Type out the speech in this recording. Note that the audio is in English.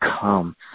come